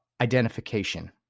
identification